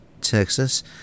Texas